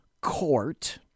court